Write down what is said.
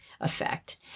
effect